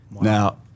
Now